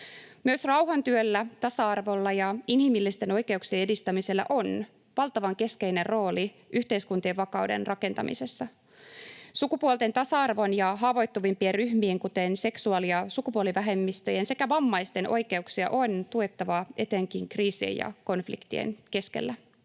Myös rauhantyöllä, tasa-arvolla ja inhimillisten oikeuksien edistämisellä on valtavan keskeinen rooli yhteiskuntien vakauden rakentamisessa. Sukupuolten tasa-arvon ja haavoittuvimpien ryhmien, kuten seksuaali- ja sukupuolivähemmistöjen sekä vammaisten, oikeuksia on tuettava etenkin kriisien ja konfliktien keskellä.